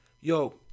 yo